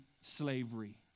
slavery